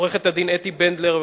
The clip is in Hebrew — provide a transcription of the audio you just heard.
עורכת-הדין אתי בנדלר,